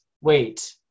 Wait